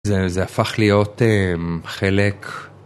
זה הפך להיות חלק.